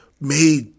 made